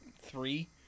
Three